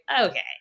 okay